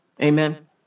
Amen